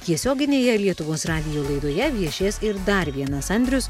tiesioginėje lietuvos radijo laidoje viešės ir dar vienas andrius